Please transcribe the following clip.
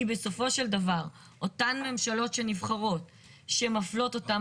כי בסופו של דבר אותן ממשלות שנבחרות שמפלות אותם